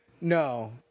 no